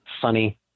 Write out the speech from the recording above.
funny